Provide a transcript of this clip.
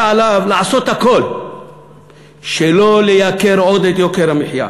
היה עליו לעשות הכול שלא להעלות עוד את יוקר המחיה.